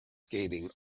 skating